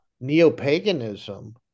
neo-paganism